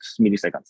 milliseconds